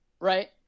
right